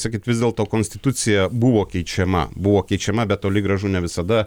sakyt vis dėlto konstitucija buvo keičiama buvo keičiama bet toli gražu ne visada